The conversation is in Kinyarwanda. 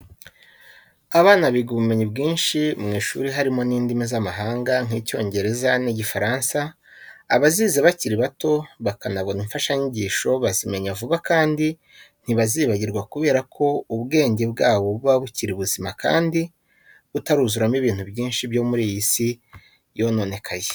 Abana biga ubumenyi bwinshi mu ishuri harimo n'indimi z'amahanga, nk'Icyongereza n'Igifaransa, abazize bakiri bato, bakanabona imfashanyigisho bazimenya vuba kandi ntibazibagirwa, kubera ko ubwenge bwabo buba bukiri buzima kandi butaruzuramo ibintu byinshi byo muri iyi si yononekaye.